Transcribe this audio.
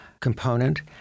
component